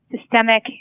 systemic